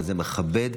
וזה מכבד.